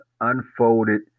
unfolded